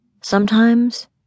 Sometimes